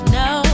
no